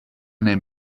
name